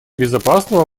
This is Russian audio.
безопасного